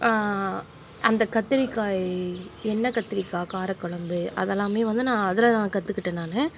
அந்த கத்திரிக்காய் எண்ணெய் கத்திரிக்காய் காரக்கொழம்பு அதெல்லாமே வந்து நான் அதில் தான் கற்றுக்கிட்டேன் நான்